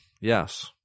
yes